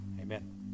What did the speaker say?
Amen